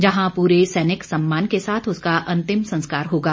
जहां पूरे सैनिक सम्मान के साथ उसका अंतिम संस्कार होगा